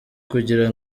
kugira